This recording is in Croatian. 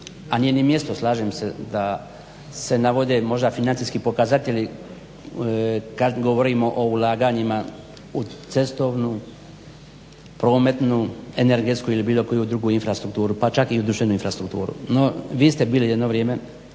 a nije ni mjesto slažem se da se navode možda financijski pokazatelji kad govorimo o ulaganjima u cestovnu, prometnu, energetsku ili bilo koju drugu infrastrukturu pa čak i u društvenu infrastrukturu. No, vi ste bili jedno vrijeme,